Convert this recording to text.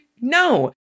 No